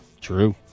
True